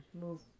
move